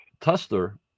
tester